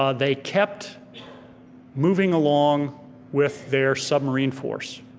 um they kept moving along with their submarine force,